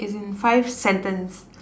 as in five sentence